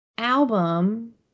album